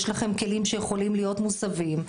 יש לכם כלים שיכולים להיות מוסבים,